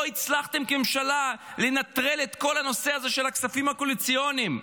לא הצלחתם כממשלה לנטרל את כל הנושא הזה של הכספים הקואליציוניים.